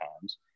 times